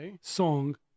song